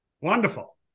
Wonderful